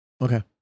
Okay